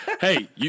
hey